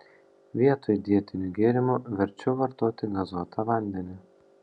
vietoj dietinių gėrimų verčiau vartoti gazuotą vandenį